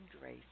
Grace